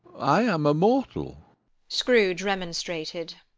i am a mortal scrooge remonstrated,